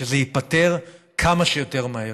שזה ייפתר כמה שיותר מהר.